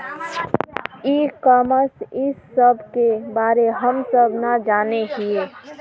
ई commerce इस सब के बारे हम सब ना जाने हीये?